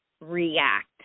react